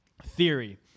Theory